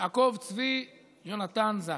יעקב צבי יונתן זקס.